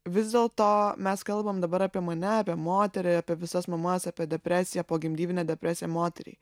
vis dėl to mes kalbam dabar apie mane apie moterį apie visas mamas apie depresiją pogimdyminę depresiją moteriai